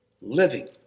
Living